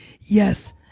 yes